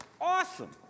awesome